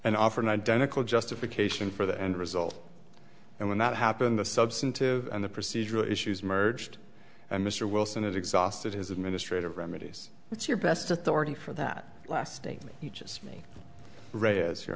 and offer an identical justification for the end result and when that happened the substantive and the procedural issues emerged and mr wilson exhausted his administrative remedies what's your best authority for that lasting teaches me re is your